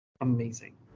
amazing